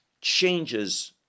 changes